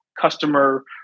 customer